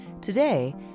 Today